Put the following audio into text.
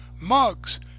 mugs